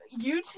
YouTube